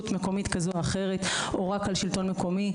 מקומית כזו או אחרת או רק על שלטון מקומי,